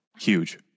huge